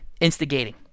instigating